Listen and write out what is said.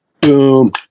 boom